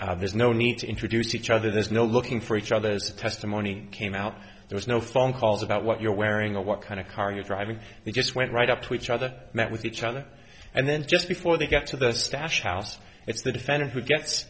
over there's no need to introduce each other there's no looking for each other as the testimony came out there was no phone calls about what you're wearing a what kind of car you're driving they just went right up to each other met with each other and then just before they got to the stash house if the defendant who get